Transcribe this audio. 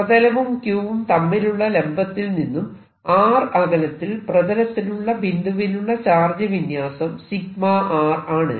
പ്രതലവും q വും തമ്മിലുള്ള ലംബത്തിൽ നിന്നും r അകലത്തിൽ പ്രതലത്തിലുള്ള ബിന്ദുവിലുള്ള ചാർജ് വിന്യാസം ആണ്